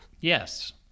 Yes